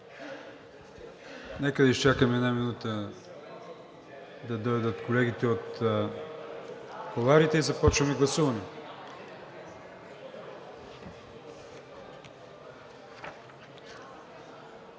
Нека да изчакаме една минута да дойдат колегите от кулоарите и започваме гласуване.